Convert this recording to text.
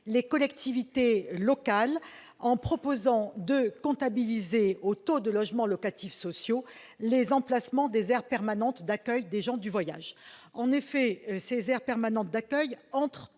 les collectivités territoriales en prévoyant de comptabiliser dans le taux de logements locatifs sociaux les emplacements des aires permanentes d'accueil des gens du voyage. En effet, ces aires permanentes d'accueil entrent